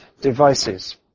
devices